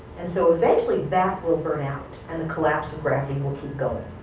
and so eventually, that will burn out, and the collapse of gravity will keep going.